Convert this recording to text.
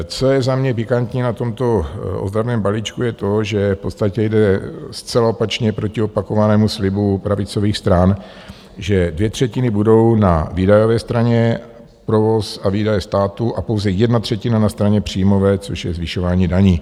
Co je za mě pikantní na tomto ozdravném balíčku, je to, že v podstatě jde zcela opačně proti opakovanému slibu pravicových stran, že dvě třetiny budou na výdajové straně provoz a výdaje státu a pouze jedna třetina na straně příjmové, což je zvyšování daní.